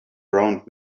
around